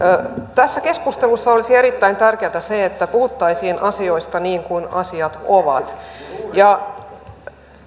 tässä keskustelussa olisi erittäin tärkeätä se että puhuttaisiin asioista niin kuin asiat ovat